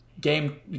game